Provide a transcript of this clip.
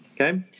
Okay